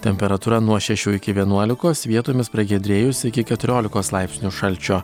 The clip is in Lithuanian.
temperatūra nuo šešių iki vienuolikos vietomis pragiedrėjus iki keturiolikos laipsnių šalčio